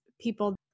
people